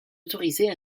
autorisée